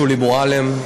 שולי מועלם,